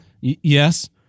Yes